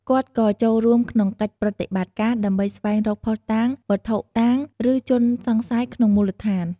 គាត់ក៏ចូលរួមក្នុងកិច្ចប្រតិបត្តិការដើម្បីស្វែងរកភស្តុតាងវត្ថុតាងឬជនសង្ស័យក្នុងមូលដ្ឋាន។